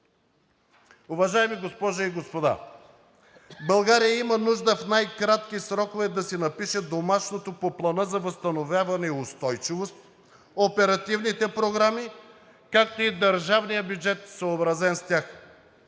Уважаеми госпожи и господа! България има нужда в най-кратки срокове да си напише домашното по Плана за възстановяване и устойчивост, оперативните програми, както и държавния бюджет, съобразен с тях.